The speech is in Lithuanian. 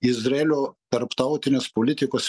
izraelio tarptautinės politikos